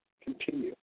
Continue